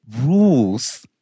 rules